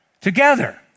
together